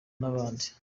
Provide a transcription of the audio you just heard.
abandi